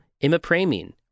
Imipramine